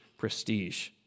prestige